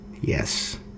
yes